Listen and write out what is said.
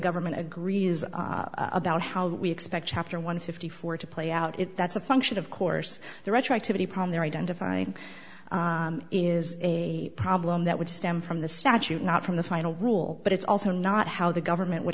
government agrees about how we expect chapter one fifty four to play out if that's a function of course the retroactivity prom they're identifying is a problem that would stem from the statute not from the final rule but it's also not how the government would